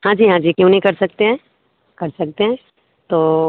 हाँ जी हाँ जी क्यों नहीं कर सकते हैं कर सकते हैं तो